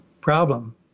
problem